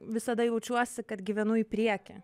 visada jaučiuosi kad gyvenu į priekį